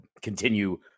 continue